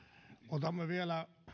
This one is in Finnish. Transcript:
otamme vielä